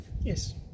Yes